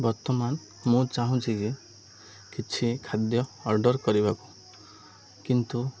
ବର୍ତ୍ତମାନ ମୁଁ ଚାହୁଁଛି ଯେ କିଛି ଖାଦ୍ୟ ଅର୍ଡ଼ର୍ କରିବାକୁ କିନ୍ତୁ